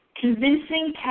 Convincing